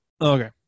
Okay